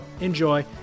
enjoy